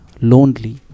lonely